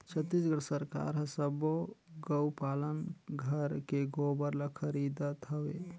छत्तीसगढ़ सरकार हर सबो गउ पालन घर के गोबर ल खरीदत हवे